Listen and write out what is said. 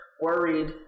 worried